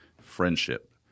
friendship